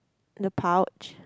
the pouch